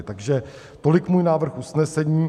Takže tolik můj návrh usnesení.